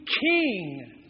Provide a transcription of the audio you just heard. king